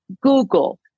Google